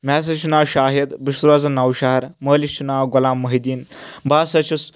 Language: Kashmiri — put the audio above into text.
مےٚ ہسا چھُ ناو شاہِد بہٕ چھُس روزان نَوشہرٕ مٲلِس چھُ ناوغلام محدیٖن بہٕ ہسا چھُس